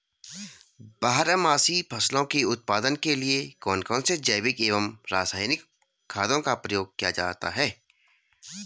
बारहमासी फसलों के उत्पादन के लिए कौन कौन से जैविक एवं रासायनिक खादों का प्रयोग किया जाता है?